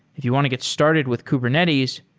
if you want to get started with kubernetes,